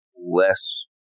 less